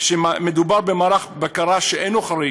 שמדובר במערך בקרה שאינו חריג,